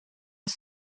des